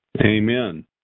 Amen